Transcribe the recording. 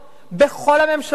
בכל הממשלות,